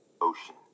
ocean